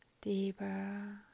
Deeper